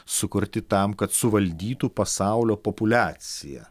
sukurti tam kad suvaldytų pasaulio populiaciją